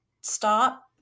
stop